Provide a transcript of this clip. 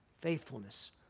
Faithfulness